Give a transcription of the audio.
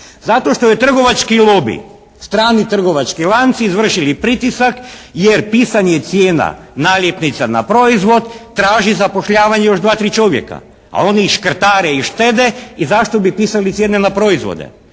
lobi, strani trgovački lanci izvršili pritisak jer pisanje i cijena naljepnica na proizvod traži zapošljavanje još dva, tri čovjeka, a oni i škrtare i štede i zašto bi pisali cijene na proizvode.